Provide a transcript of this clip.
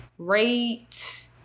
Rate